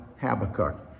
Habakkuk